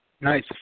Nice